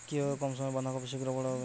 কিভাবে কম সময়ে বাঁধাকপি শিঘ্র বড় হবে?